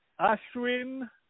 Ashwin